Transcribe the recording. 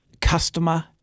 customer